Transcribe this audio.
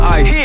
ice